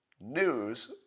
News